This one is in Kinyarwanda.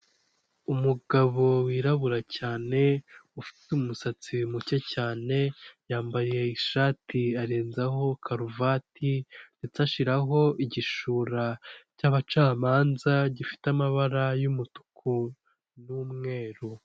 Umugabo wirabura cyane, ufite umusatsi muke cyane, yambaye ishati arenzaho karuvati ndetse ashiraho igishura cy'abacamanza gifite amabara y'umutuku n'umweru.